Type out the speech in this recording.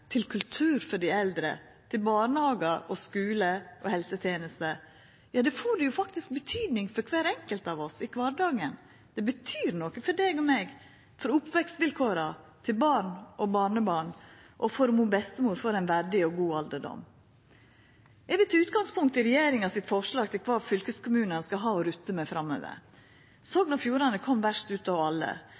til kultur for dei eldre, til barnehagar og skular og helsetenester å gjera – ja, då får det faktisk betyding for kvar enkelt av oss i kvardagen. Det betyr noko for deg og meg, for oppvekstvilkåra, for barn og barnebarn og for om bestemor får ein verdig og god alderdom. Eg vil ta utgangspunkt i regjeringa sitt forslag til kva fylkeskommunane skal ha å rutta med framover. Sogn og Fjordane kom verst ut av alle,